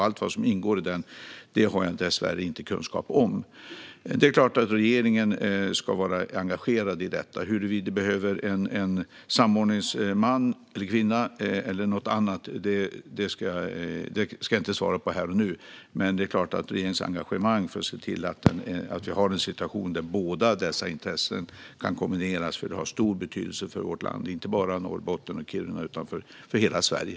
Allt vad som ingår i detta har jag dessvärre inte kunskap om. Det är klart att regeringen ska vara engagerad. Huruvida det behövs en samordningsman, samordningskvinna eller något annat ska jag inte svara på här och nu, men det är klart att regeringen har ett engagemang för att se till att vi har en situation där båda dessa intressen kan kombineras. Det har stor betydelse inte bara för Norrbotten och Kiruna utan för hela Sverige.